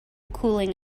cooling